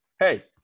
Hey